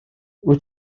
wyt